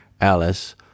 Alice